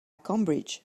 cambridge